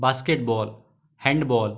basketball handball